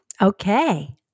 Okay